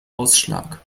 ausschlag